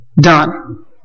done